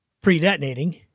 pre-detonating